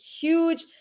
huge